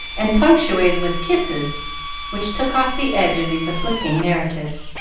and punctuated with kisses which took off the edge of these afflicting narratives.